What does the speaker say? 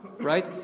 Right